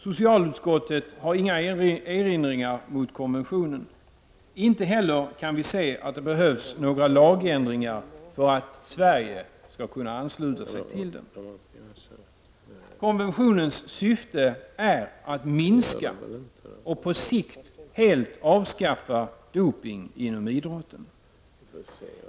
Socialutskottet har inga erinringar mot konventionen. Inte heller kan vi se att det behövs några lagändringar för att Sverige skall kunna ansluta sig till den. Konventionens syfte är att minska, och på sikt helt avskaffa, dopning inom idrotten.